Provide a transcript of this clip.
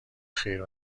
خیر